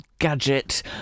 gadget